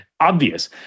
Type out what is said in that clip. Obvious